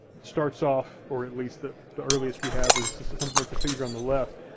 starts off, or at least ah the earliest we have is something like the figure on the left.